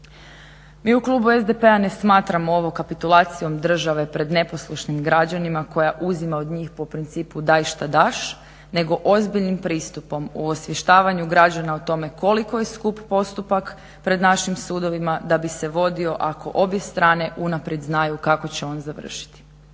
Mi u klubu SDP-a ne smatramo ovo kapitulacijom države pred neposlušnim građanima koja uzima od njih po principu daj što daš nego ozbiljnim pristupom u osvještavanju građana o tome koliko je skup postupak pred našim sudovima da bi se vodio ako obje strane unaprijed znaju kako će on završiti.